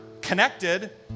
connected